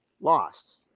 lost